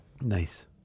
Nice